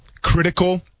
critical